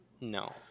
No